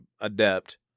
Adept